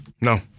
No